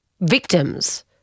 victims